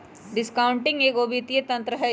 discounting एगो वित्तीय तंत्र हइ